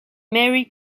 mary